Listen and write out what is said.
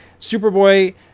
Superboy